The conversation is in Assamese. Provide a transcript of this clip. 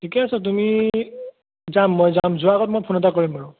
ঠিকে আছে তুমি যাম মই যাম যোৱাৰ আগত মই ফোন এটা কৰিম বাৰু